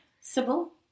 Sybil